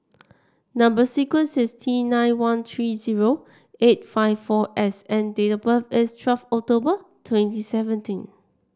number sequence is T nine one three zero eight five four S and date of birth is twelve October twenty seventeen